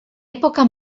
època